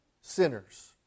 sinners